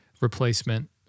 replacement